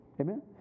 Amen